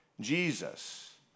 Jesus